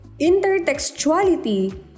intertextuality